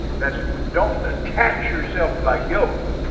that's don't attach yourself by yoke.